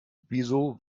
wieso